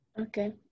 Okay